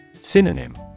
Synonym